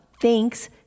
thanks